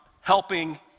helping